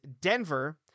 Denver